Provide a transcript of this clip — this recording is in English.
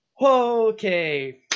Okay